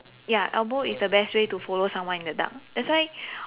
ya elbow is the best way to follow someone in the dark that's why